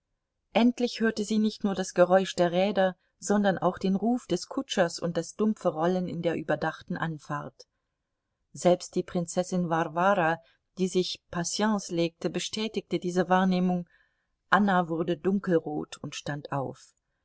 endlich hörte sie nicht nur das geräusch der räder sondern auch den ruf des kutschers und das dumpfe rollen in der überdachten anfahrt selbst die prinzessin warwara die sich patience legte bestätigte diese wahrnehmung anna wurde dunkelrot und stand auf